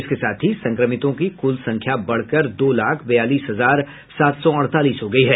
इसके साथ ही संक्रमितों की कुल संख्या बढ़कर दो लाख बयालीस हजार सात सौ अड़तालीस हो गयी है